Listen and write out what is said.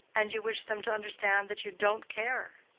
and you wish them to understand that you don't care?